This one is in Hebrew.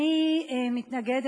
אני מתנגדת,